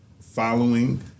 following